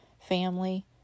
family